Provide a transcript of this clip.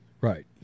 Right